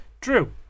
Drew